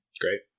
Great